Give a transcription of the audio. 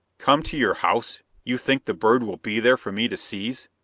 come to your house? you think the bird will be there for me to seize?